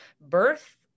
birth